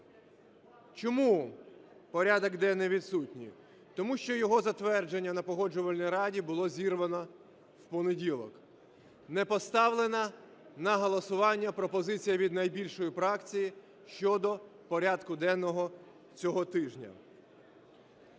Чому порядок денний відсутній? Тому що його затвердження на Погоджувальній раді було зірвано в понеділок. Не поставлена на голосування пропозиція від найбільшої фракції щодо порядку денного цього тижня.